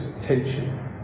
tension